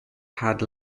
had